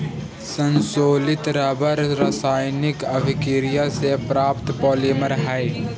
संश्लेषित रबर रासायनिक अभिक्रिया से प्राप्त पॉलिमर हइ